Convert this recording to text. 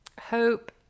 hope